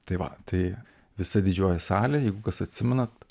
tai va tai visa didžioji salė jeigu kas atsimenat